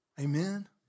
Amen